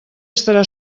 estarà